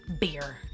Beer